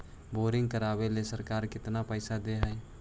Boring करबाबे ल सरकार केतना पैसा दे है?